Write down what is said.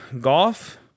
Golf